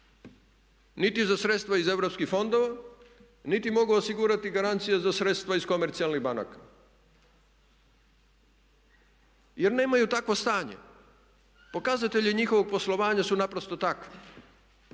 niti za sredstva iz europskih fondova niti mogu osigurati garancije za sredstva iz komercijalnih banaka. Jer nemaju takvo stanje. Pokazatelji njihovog poslovanja su naprosto takvi.